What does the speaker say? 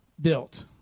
built